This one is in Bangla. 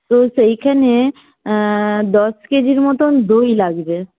তো সেইখানে দশ কেজির মতো দই লাগবে